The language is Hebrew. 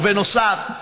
בנוסף,